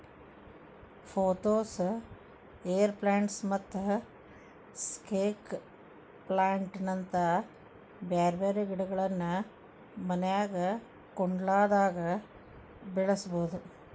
pothos, air plants ಮತ್ತ snake plant ನಂತ ಬ್ಯಾರ್ಬ್ಯಾರೇ ಗಿಡಗಳನ್ನ ಮನ್ಯಾಗ ಕುಂಡ್ಲ್ದಾಗ ಬೆಳಸಬೋದು